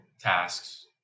tasks